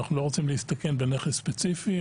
אנחנו לא רוצים להסתכן בנכס ספציפי,